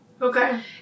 Okay